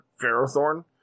Ferrothorn